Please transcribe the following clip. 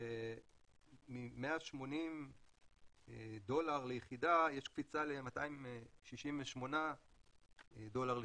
שמ-180 דולר ליחידה יש קפיצה ל-268 דולר ליחידה.